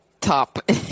top